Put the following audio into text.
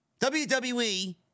WWE